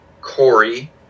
Corey